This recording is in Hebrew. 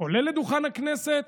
עולה לדוכן הכנסת,